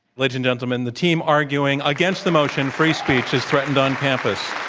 ladies and gentlemen, the team arguing against the motion, free speech is threatened on campus.